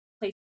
place